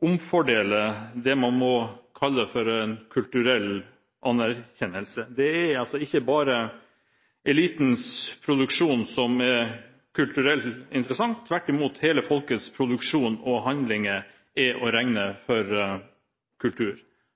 omfordele det man må kalle en kulturell anerkjennelse: Det er ikke bare elitens produksjon som er kulturelt interessant, tvert imot, hele folkets produksjon og handlinger er å regne for kultur.